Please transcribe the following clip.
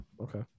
Okay